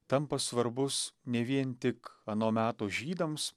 tampa svarbus ne vien tik ano meto žydams